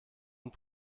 und